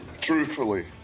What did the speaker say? Truthfully